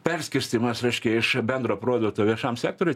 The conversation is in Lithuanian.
perskirstymas reiškia iš bendro produto viešam sektoriui